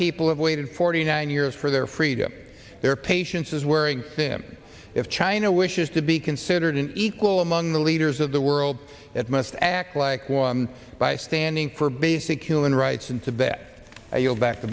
people have waited for the nine years for their freedom their patience is wearing thin if china wishes to be considered equal among the leaders of the world that must act like one by standing for basic human rights and sabbat i yield back t